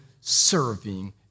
serving